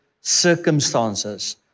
circumstances